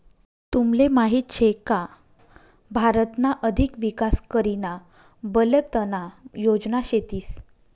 तुमले माहीत शे का भारतना अधिक विकास करीना बलतना योजना शेतीस